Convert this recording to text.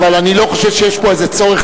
אבל אני לא חושב שיש פה איזה צורך,